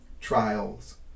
trials